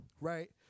right